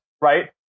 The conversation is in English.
right